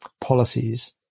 policies